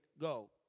go